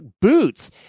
boots